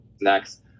next